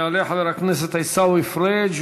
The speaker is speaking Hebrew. יעלה חבר הכנסת עיסאווי פריג',